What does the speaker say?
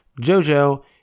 Jojo